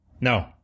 No